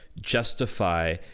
justify